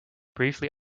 briefly